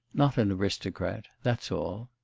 not an aristocrat. that's all